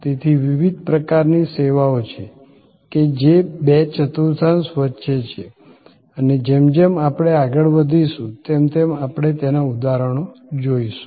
તેથી વિવિધ પ્રકારની સેવાઓ છે કે જે બે ચતુર્થાંશ વચ્ચે છે અને જેમ જેમ આપણે આગળ વધીશું તેમ તેમ આપણે તેના ઉદાહરણો જોઈશું